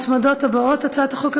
התקבלה בקריאה טרומית,